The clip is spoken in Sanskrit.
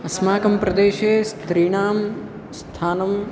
अस्माकं प्रदेशे स्त्रीणां स्थानं